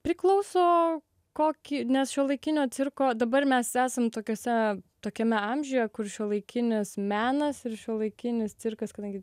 priklauso kokį nes šiuolaikinio cirko dabar mes esam tokiuose tokiame amžiuje kur šiuolaikinis menas ir šiuolaikinis cirkas kadangi